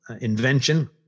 invention